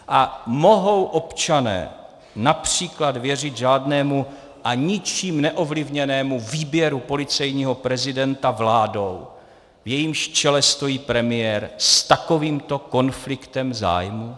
A mohou občané například věřit řádnému a ničím neovlivněnému výběru policejního prezidenta vládou, v jejímž čele stojí premiér s takovýmto konfliktem zájmů?